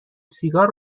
سیگار